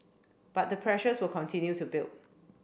but the pressures will continue to build